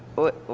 what?